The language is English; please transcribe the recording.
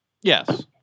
Yes